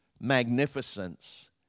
magnificence